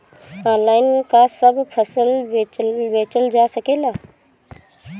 Online का सब फसल बेचल जा सकेला?